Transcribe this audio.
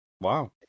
Wow